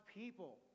people